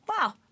wow